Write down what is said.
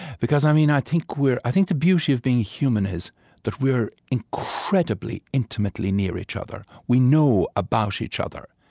because i mean i think we're i think the beauty of being human is that we are incredibly, intimately near each other, we know about each other,